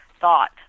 thought